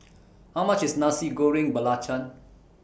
How much IS Nasi Goreng Belacan